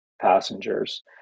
passengers